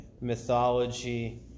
mythology